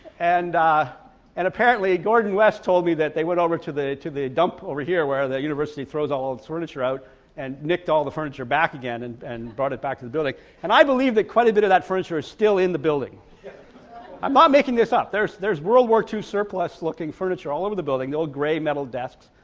and and apparently gordon west told me that they went over to the to the dump over here where the university throws all all it's furniture out and nicked all the furniture back again and and brought it back to the building and i believe that quite a bit of that furniture is still in the building i'm not making this up there's there's world war two surplus looking furniture all over the building the old gray metal desks,